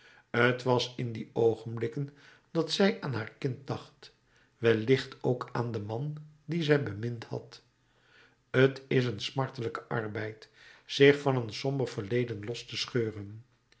t was in die oogenblikken dat zij aan haar kind dacht wellicht ook aan den man dien zij bemind had t is een smartelijke arbeid zich van een somber verleden los te scheuren